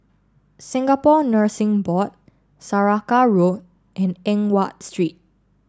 Singapore Nursing Board Saraca Road and Eng Watt Street